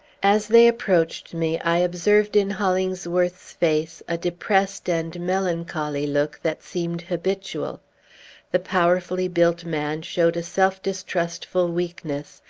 as they approached me, i observed in hollingsworth's face a depressed and melancholy look, that seemed habitual the powerfully built man showed a self-distrustful weakness,